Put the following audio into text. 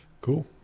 Cool